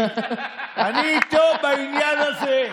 אני איתו בעניין הזה.